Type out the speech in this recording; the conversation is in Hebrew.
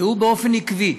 והוא, באופן עקבי,